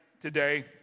today